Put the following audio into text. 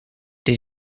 did